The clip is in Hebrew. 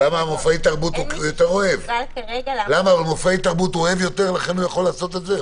מופעי תרבותיים הוא יותר אוהב ולכן הוא יכול לעשות את זה?